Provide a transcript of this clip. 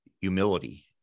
humility